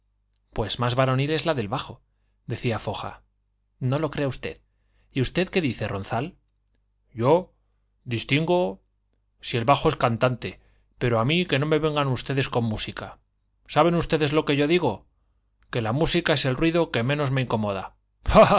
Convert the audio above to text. pues más varonil es la del bajo decía foja no lo crea usted y usted qué dice ronzal yo distingo si el bajo es cantante pero a mí no me vengan ustedes con música saben ustedes lo que yo digo que la música es el ruido que menos me incomoda